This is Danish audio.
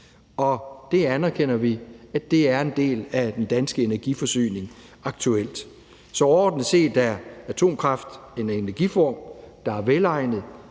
Og det anerkender vi aktuelt er en del af den danske energiforsyning. Så overordnet set er atomkraft en energiform, der er velegnet